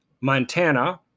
Montana